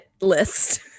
list